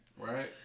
Right